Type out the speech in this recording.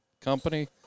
company